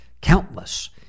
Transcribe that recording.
countless